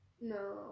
No